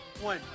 one